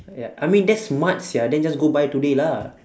ya I mean that's smart sia then just go buy today lah